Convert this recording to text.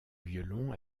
violon